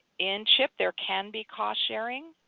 in chip there can be cost sharing,